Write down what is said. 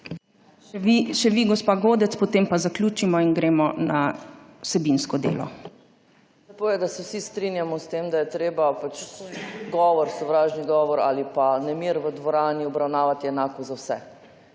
Še gospa Godec, potem pa zaključimo in gremo na vsebinsko delo. JELKA GODEC (PS SDS): Lepo je, da se vsi strinjamo s tem, da je treba sovražni govor ali pa nemir v dvorani obravnavati enako za vse.